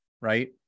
right